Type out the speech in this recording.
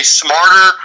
smarter